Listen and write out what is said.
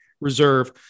reserve